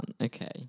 Okay